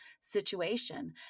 situation